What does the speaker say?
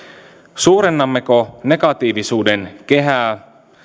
suurennammeko negatiivisuuden kehää